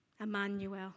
Emmanuel